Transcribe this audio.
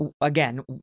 again